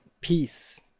peace